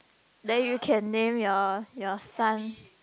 then you can name your your son